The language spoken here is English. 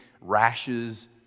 rashes